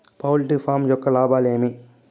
poultry farm యొక్క లాభాలు ఏమి